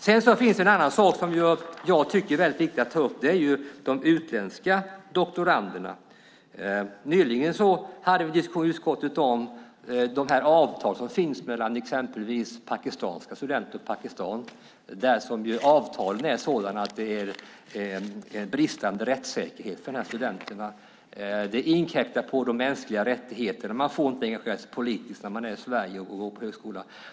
Det finns en annan sak som jag tycker är viktig att ta upp, nämligen de utländska doktoranderna. Nyligen hade vi en diskussion i utskottet om de avtal som finns mellan exempelvis pakistanska studenter och Pakistan. Avtalen är sådana att de innebär en bristande rättssäkerhet för dessa studenter. Avtalen inkräktar på de mänskliga rättigheterna. Studenterna får inte engagera sig politiskt när de är i Sverige och går på högskolan.